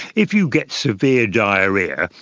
if you get severe diarrhoea,